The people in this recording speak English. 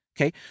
Okay